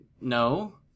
no